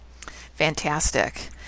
Fantastic